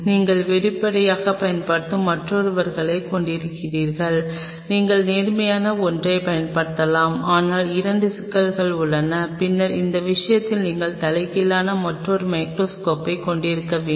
நீங்கள் வெளிப்படையாகப் பயன்படுத்தும் மற்றவர்களைக் கொண்டிருக்கிறீர்கள் நீங்கள் நேர்மையான ஒன்றைப் பயன்படுத்தலாம் ஆனால் 2 சிக்கல்கள் உள்ளன பின்னர் அந்த விஷயத்தில் நீங்கள் தலைகீழான மற்றொரு மைகிரோஸ்கோப்பை கொண்டிருக்க வேண்டும்